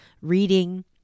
reading